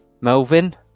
Melvin